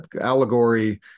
allegory